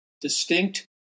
distinct